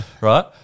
right